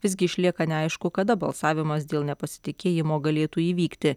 visgi išlieka neaišku kada balsavimas dėl nepasitikėjimo galėtų įvykti